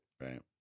Right